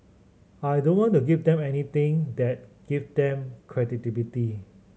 I don't want to give them anything that give them credibility